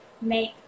make